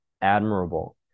admirable